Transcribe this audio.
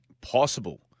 possible